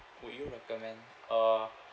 would you recommend uh